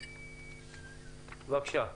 בבקשה.